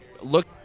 look